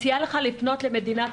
אני מציעה לך לפנות לאוסטריה.